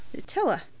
Nutella